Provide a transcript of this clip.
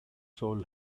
soul